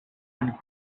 and